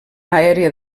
aèria